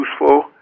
useful